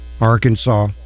Arkansas